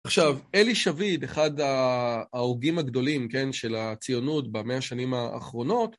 עכשיו, אלי שביד, אחד ההוגים הגדולים, כן, של הציונות במאה השנים האחרונות,